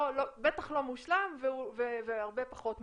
בטח לא מושלם והרבה פחות מזה.